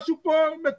משהו פה מטורף,